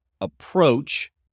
approach